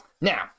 Now